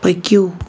پٔکِو